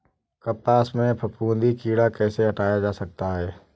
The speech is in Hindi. कपास से फफूंदी कीड़ा कैसे हटाया जा सकता है?